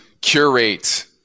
curate